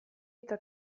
eta